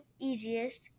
easiest